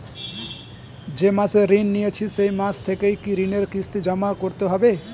যে মাসে ঋণ নিয়েছি সেই মাস থেকেই কি ঋণের কিস্তি জমা করতে হবে?